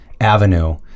avenue